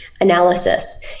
analysis